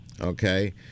okay